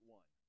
one